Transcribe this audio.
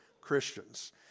Christians